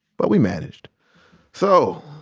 but we managed so.